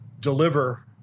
deliver